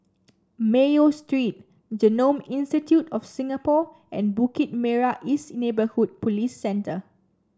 Mayo Street Genome Institute of Singapore and Bukit Merah East Neighbourhood Police Centre